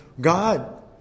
God